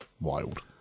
Wild